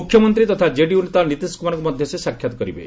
ମୁଖ୍ୟମନ୍ତ୍ରୀ ତଥା କେଡିୟୁ ନେତା ନିତୀଶ କୁମାରଙ୍କୁ ମଧ୍ୟ ସେ ସାକ୍ଷାତ୍ କରିବେ